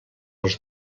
als